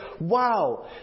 wow